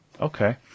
Okay